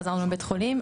חזרנו מבית החולים.